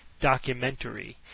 documentary